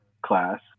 class